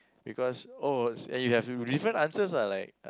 because oh and you have different answers lah like